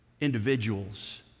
individuals